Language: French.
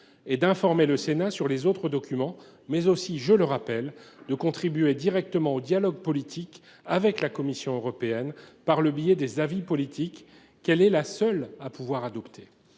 d’informer le Sénat sur les autres documents, mais aussi – je le rappelle – de contribuer directement au dialogue politique avec la Commission européenne par le biais des avis politiques, qu’elle est la seule à pouvoir adopter.